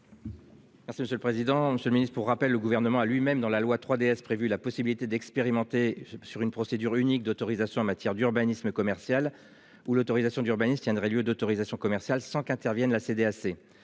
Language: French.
que monsieur le président, Monsieur le Ministre. Pour rappel, le gouvernement a lui-même dans la loi 3DS prévu la possibilité d'expérimenter sur une procédure unique d'autorisation en matière d'urbanisme commercial ou l'autorisation d'urbanisme tiendrait lieu d'autorisation commerciale sans qu'intervienne la CDAC